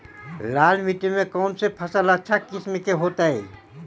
लाल मिट्टी में कौन से फसल अच्छा किस्म के होतै?